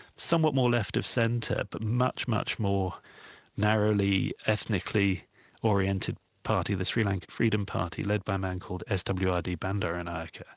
somewhat more left-of-centre, but much, much more narrowly, ethnically oriented party, the sri lankan freedom party, led by a man called s. w. r. d. bandaranaike,